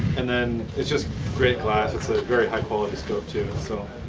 and then it's just great glass it's a very high quality scope too so.